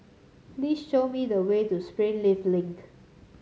please show me the way to Springleaf Link